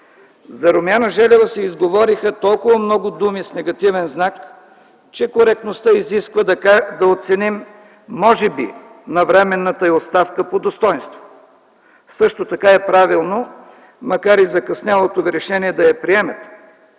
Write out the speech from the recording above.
За Румяна Желева се изговориха толкова много думи с негативен знак, че коректността изисква да оценим може би навременната й оставка по достойнство. Също така е правилно макар и закъснялото Ви решение да я приемете.